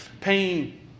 Pain